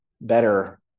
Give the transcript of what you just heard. better